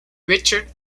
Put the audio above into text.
richard